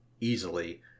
easily